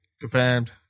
confirmed